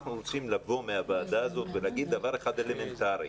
אנחנו רוצים לבוא מהוועדה הזאת ולהגיד דבר אחד אלמנטרי: